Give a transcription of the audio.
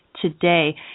today